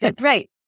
right